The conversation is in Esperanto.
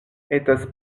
estas